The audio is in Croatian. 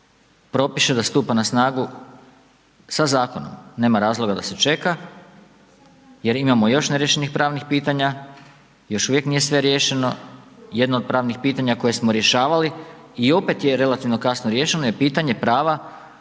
propiše da stupa na snagu sa zakonom. Nema razloga da se čeka, jer imamo još neriješenih pravnih pitanja, još uvijek nije sve riješeno, jedno od pravnih pitanja koje smo riješeno i opet je relativno kasno riješeno je pitanje prava